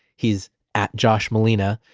he's at joshmalina,